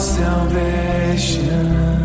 salvation